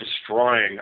destroying